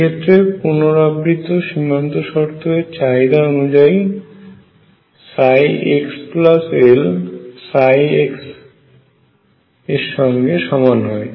এক্ষেত্রে পুনরাবৃত্ত সীমান্ত শর্ত এর চাহিদা অনুযায়ী xL x এর সঙ্গে সমান হয়